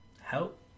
help